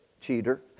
cheater